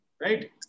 right